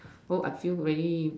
oh I feel very